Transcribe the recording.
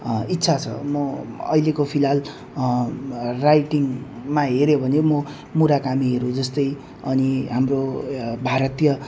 इच्छा छ म अहिलेको फिलहाल राइटिङमा हेऱ्यो भने म मुराकामीहरू जस्तै अनि हाम्रो भारतीय